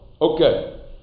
Okay